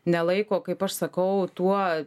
nelaiko kaip aš sakau tuo